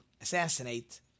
assassinate